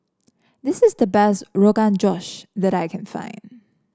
this is the best Rogan Josh that I can find